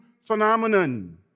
phenomenon